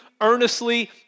earnestly